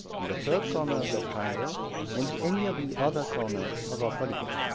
and the third corner of that triangle may be any of the other corners of our polygon.